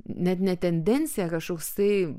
net ne tendencija kažkoks tai